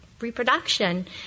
reproduction